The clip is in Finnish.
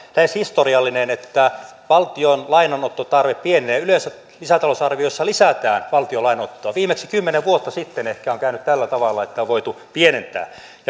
lähes historiallinen että valtion lainanottotarve pienenee yleensä lisätalousarvioissa lisätään valtion lainanottoa viimeksi kymmenen vuotta sitten ehkä on käynyt tällä tavalla että on voitu pienentää